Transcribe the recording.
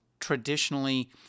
Traditionally